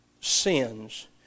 Sins